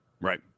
Right